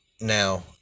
Now